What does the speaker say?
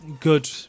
good